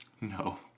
No